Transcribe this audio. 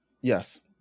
Yes